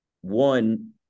one-